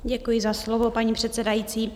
Děkuji za slovo, paní předsedající.